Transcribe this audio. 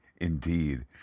indeed